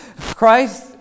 Christ